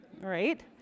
Right